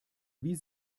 wie